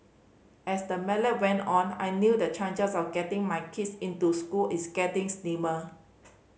as the melon went on I knew the chances of getting my kids into school it's getting slimmer